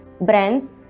Brands